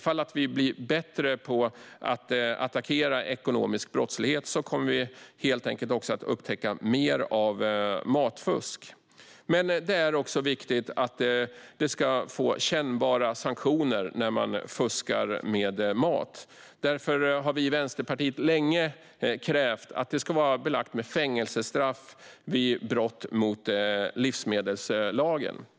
Om vi blir bättre på att attackera ekonomisk brottslighet kommer vi också att upptäcka mer av matfusk. Men det är också viktigt att det blir kännbara sanktioner när man fuskar med mat. Därför har vi i Vänsterpartiet länge krävt att brott mot livsmedelslagen ska vara belagt med fängelsestraff.